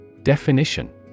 Definition